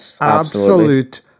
absolute